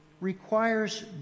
requires